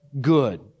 good